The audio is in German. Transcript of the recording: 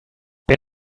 bin